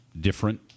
different